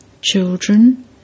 Children